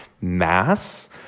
mass